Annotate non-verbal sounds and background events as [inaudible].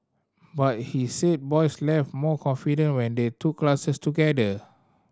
but he said boys [unintelligible] more confident when they took classes together